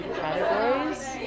categories